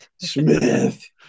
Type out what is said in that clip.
Smith